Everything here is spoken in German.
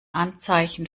anzeichen